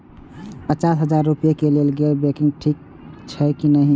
पचास हजार रुपए के लेल गैर बैंकिंग ठिक छै कि नहिं?